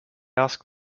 asked